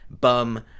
bum